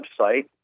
website